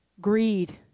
greed